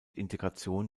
integration